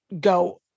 go